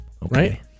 Right